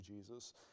Jesus